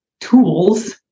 tools